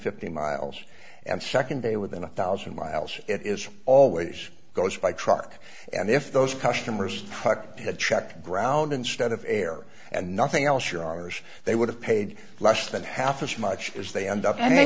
fifty miles and second they within one thousand miles it is always goes by truck and if those customers talk to check ground instead of air and nothing else you're ours they would have paid less than half as much as they end up and they